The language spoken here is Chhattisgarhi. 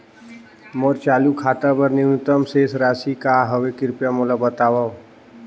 मोर चालू खाता बर न्यूनतम शेष राशि का हवे, कृपया मोला बतावव